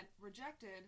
rejected